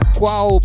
qual